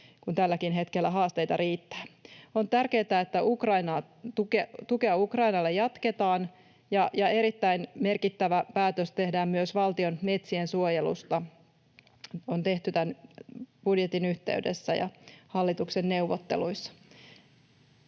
kun tälläkin hetkellä haasteita riittää. On tärkeätä, että tukea Ukrainalle jatketaan, ja erittäin merkittävä päätös myös valtion metsien suojelusta on tehty tämän budjetin yhteydessä ja hallituksen neuvotteluissa.